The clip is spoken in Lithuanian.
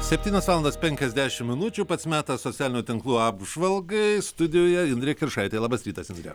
septynios valandos penkiasdešim minučių pats metas socialinių tinklų apžvalgai studijoje indrė kiršaitė labas rytas indre